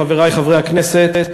חברי חברי הכנסת,